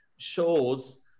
shows